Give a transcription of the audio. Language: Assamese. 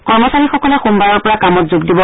কৰ্মচাৰীসকলে সোমবাৰৰপৰা কামত যোগ দিব